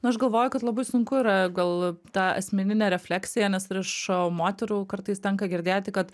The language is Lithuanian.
na aš galvoju kad labai sunku yra gal tą asmeninę refleksiją ir iš moterų kartais tenka girdėti kad